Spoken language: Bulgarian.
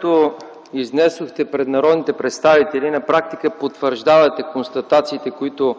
което изнесохте пред народните представители, на практика потвърждавате констатациите, които